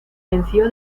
venció